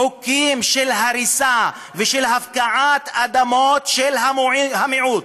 חוקים של הריסה ושל הפקעת אדמות של המיעוט,